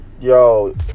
Yo